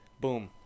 boom